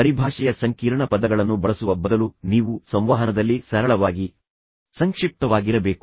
ಪರಿಭಾಷೆಯ ಸಂಕೀರ್ಣ ಪದಗಳನ್ನು ಬಳಸುವ ಬದಲು ನೀವು ಸಂವಹನದಲ್ಲಿ ಸರಳವಾಗಿ ಸಂಕ್ಷಿಪ್ತವಾಗಿರಬೇಕು